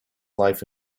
life